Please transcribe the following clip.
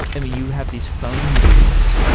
i mean, you have these phone booths.